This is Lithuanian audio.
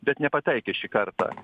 bet nepataikė šį kartą